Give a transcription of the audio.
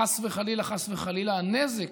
חס וחלילה, חס וחלילה הנזק,